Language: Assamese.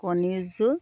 কণী যুঁজ